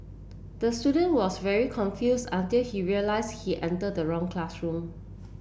the student was very confused until he realised he entered the wrong classroom